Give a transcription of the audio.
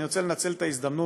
אני רוצה לנצל את ההזדמנות